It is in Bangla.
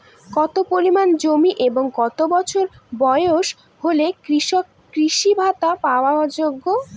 কত পরিমাণ জমি এবং কত বছর বয়স হলে কৃষক কৃষি ভাতা পাওয়ার যোগ্য?